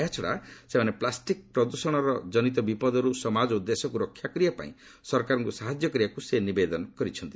ଏହାଛଡ଼ା ସେମାନେ ପ୍ଲାଷ୍ଟିକ୍ ପ୍ରଦ୍ଦଷର ଜନିତ ବିପଦରୁ ସମାଜ ଓ ଦେଶକୁ ରକ୍ଷା କରିବାପାଇଁ ସରକାରଙ୍କୁ ସାହାଯ୍ୟ କରିବାକୁ ସେ ନିବେଦନ କରିଛନ୍ତି